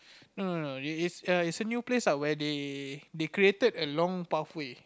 no no no it's a it's a new place lah where they they created a long pathway